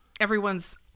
everyone's